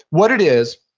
what it is,